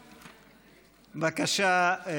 הכנסת בבקשה.